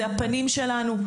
זה הפנים שלנו.